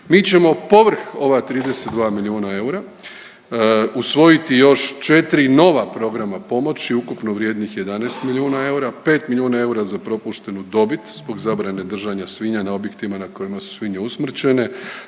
Mi ćemo povrh ova 32 milijuna eura usvojiti još četiri nova programa pomoći ukupno vrijednih 11 milijuna eura. Pet milijuna eura za propuštenu dobit zbog zabrane držanja svinja na objektima na kojima su svinje usmrćene,